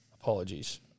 Apologies